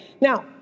Now